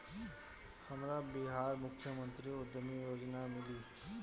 हमरा बिहार मुख्यमंत्री उद्यमी योजना मिली?